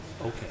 Okay